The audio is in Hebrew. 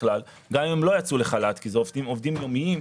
גם אם הם לא יצאו לחל"ת כי אלה עובדים יומיים,